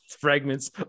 fragments